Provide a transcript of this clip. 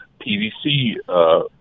PVC